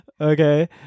okay